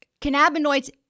Cannabinoids